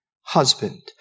husband